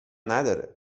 نداره